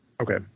okay